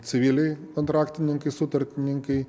civiliai kontraktininkai sutartininkai